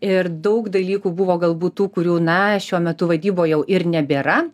ir daug dalykų buvo galbūt tų kurių na šiuo metu vadyboj jau ir nebėra